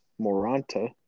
Moranta